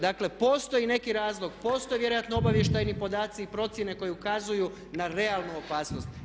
Dakle, postoji neki razlog, postoje vjerojatno obavještajni podaci i procjene koje ukazuju na realnu opasnost.